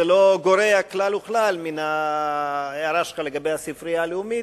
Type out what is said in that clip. זה לא גורע כלל וכלל לגבי ההערה שלך על הספרייה הלאומית,